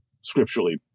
scripturally